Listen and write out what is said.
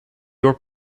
your